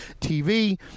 TV